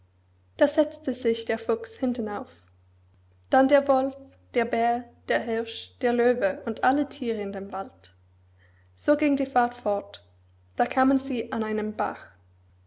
da setzte sich der fuchs hinten auf dann der wolf der bär der hirsch der löwe und alle thiere in dem wald so ging die fahrt fort da kamen sie an einen bach